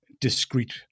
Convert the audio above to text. discreet